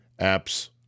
apps